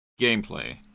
gameplay